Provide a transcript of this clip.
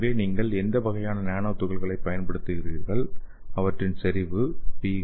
எனவே நீங்கள் எந்த வகையான நானோ துகள்களைப் பயன்படுத்துகிறீர்கள் அவற்றின் செறிவு பி